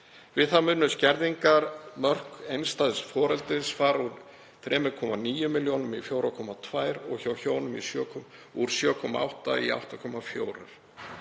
Við það munu skerðingarmörk einstæðs foreldris fara úr 3,9 millj. kr. í 4,2 og hjá hjónum úr 7,8 millj.